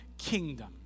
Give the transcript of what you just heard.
kingdom